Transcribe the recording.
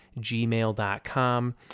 gmail.com